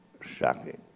shocking